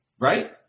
right